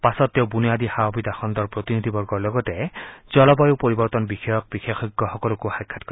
পাছত তেওঁ বুনিয়াদী সা সুবিধা খণ্ডৰ প্ৰতিনিধি বৰ্গৰ লগতে জলবায়ু পৰিৱৰ্তন বিষয়ক বিশেষজ্ঞসকলকো সাক্ষাৎ কৰিব